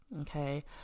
Okay